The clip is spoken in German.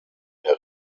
der